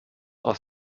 aus